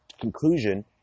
conclusion